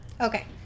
Okay